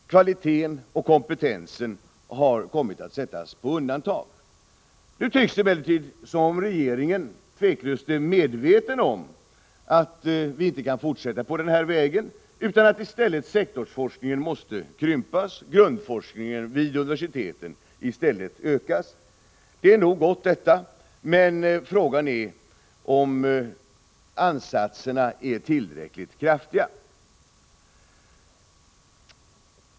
Kvaliteten och kompetensen har kommit att sättas på undantag. Nu tycks det emellertid som om regeringen tveklöst är medveten om att vi inte kan fortsätta på den här vägen utan att i stället sektorsforskningen måste krympas och grundforskningen vid universiteten ökas. Det är nog gott och väl, men frågan är om ansatserna är tillräckligt kraftiga.